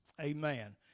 amen